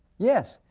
yes.